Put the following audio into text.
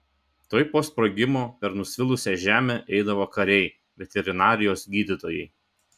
tuoj po sprogimo per nusvilusią žemę eidavo kariai veterinarijos gydytojai